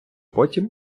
потім